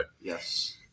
Yes